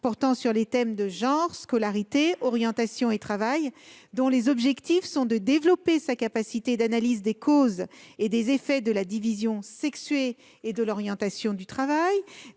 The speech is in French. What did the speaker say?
sur les thèmes du genre, de la scolarité, de l'orientation et du travail, dont les objectifs sont de développer la capacité d'analyse des causes et des effets de la division sexuée et de l'orientation du travail,